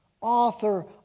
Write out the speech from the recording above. author